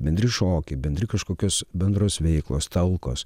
bendri šokiai bendri kažkokios bendros veiklos talkos